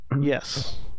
Yes